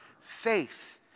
Faith